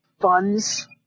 funds